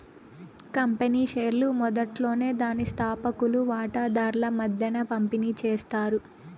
company షేర్లు మొదట్లోనే దాని స్తాపకులు వాటాదార్ల మద్దేన పంపిణీ చేస్తారు